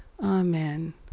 Amen